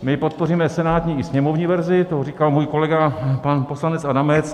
My podpoříme senátní i sněmovní verzi, to už říkal můj kolega pan poslanec Adamec.